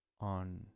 on